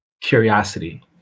curiosity